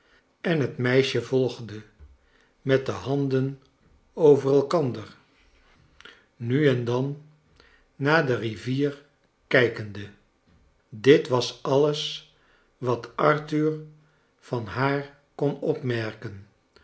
en het meisje volgde met de handen over elkander nu en dali naar de rivier kijkende dit was alles wat arthur van haar kon opmerken